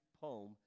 poem